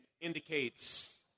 indicates